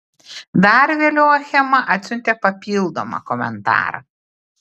dar vėliau achema atsiuntė papildomą komentarą